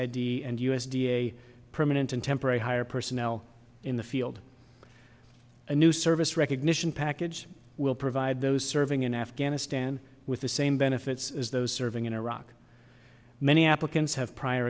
d and u s d a permanent and temporary hire personnel in the field a new service recognition package will provide those serving in afghanistan with the same benefits as those serving in iraq many applicants have prior